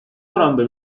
oranda